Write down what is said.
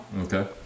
Okay